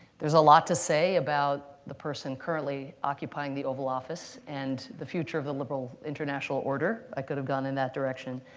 there's a lot to say about the person currently occupying the oval office and the future of the liberal international order. i could have gone in that direction.